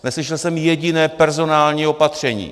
Neslyšel jsem jediné personální opatření.